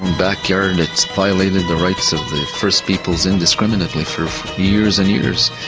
backyard it's violated the rights of the first peoples indiscriminately for years and years.